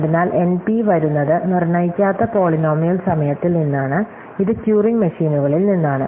അതിനാൽ എൻപി വരുന്നത് നിർണ്ണയിക്കാത്ത പോളിനോമിയൽ സമയത്തിൽ നിന്നാണ് ഇത് ട്യൂറിംഗ് മെഷീനുകളിൽ നിന്നാണ്